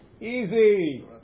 Easy